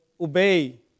obey